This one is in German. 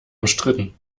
umstritten